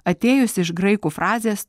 atėjusį iš graikų frazės